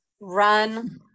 Run